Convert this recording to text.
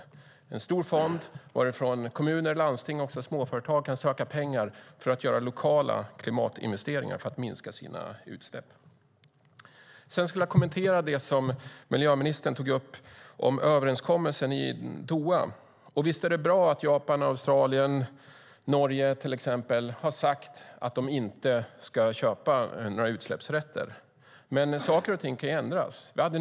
Det var en stor fond varifrån kommuner, landsting och småföretag kunde söka pengar till lokala klimatinvesteringar för att minska sina utsläpp. Låt mig kommentera det miljöministern tog upp om överenskommelsen i Doha. Visst är det bra att till exempel Japan, Australien och Norge har sagt att de inte ska köpa några utsläppsrätter. Saker och ting kan dock ändras.